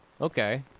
okay